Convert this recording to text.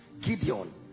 Gideon